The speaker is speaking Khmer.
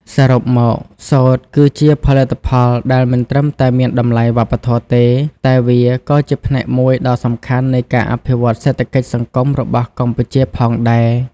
សរុបមក សូត្រគឺជាផលិតផលដែលមិនត្រឹមតែមានតម្លៃវប្បធម៌ទេ តែវាក៏ជាផ្នែកមួយដ៏សំខាន់នៃការអភិវឌ្ឍសេដ្ឋកិច្ចសង្គមរបស់កម្ពុជាផងដែរ។